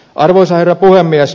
arvoisa herra puhemies